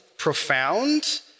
profound